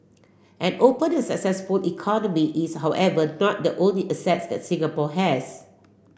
an open and successful economy is however not the only assets that Singapore has